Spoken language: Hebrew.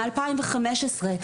מ-2015,